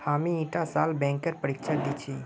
हामी ईटा साल बैंकेर परीक्षा दी छि